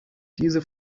diese